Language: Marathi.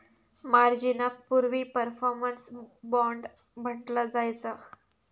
मार्जिनाक पूर्वी परफॉर्मन्स बाँड म्हटला जायचा